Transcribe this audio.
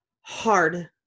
hard